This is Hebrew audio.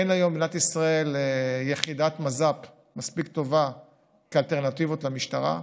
אין היום במדינת ישראל יחידת מז"פ מספיק טובה כאלטרנטיבות למשטרה.